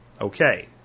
Okay